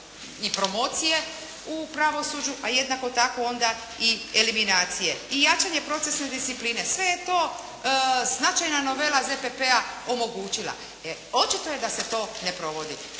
i promocije u pravosuđu, a jednako tako onda i eliminacije i jačanje procesne discipline. Sve je to značajna novela ZPP-a omogućila, jer očito je da se to ne provodi.